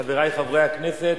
חברי חברי הכנסת,